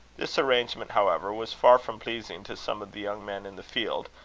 this arrangement, however, was far from pleasing to some of the young men in the field,